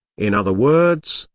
in other words,